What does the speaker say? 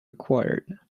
required